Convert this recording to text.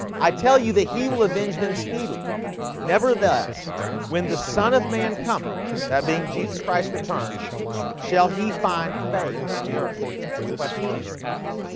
i tell you that he will avenge them speedily never thus when the son of man cometh that being jesus christ returns shall he find faith in the earth the question jesus asks?